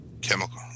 Chemical